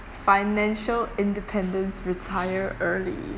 financial independence retire early